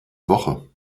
woche